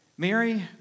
Mary